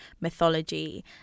mythology